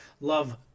love